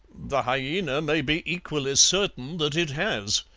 the hyaena may be equally certain that it has.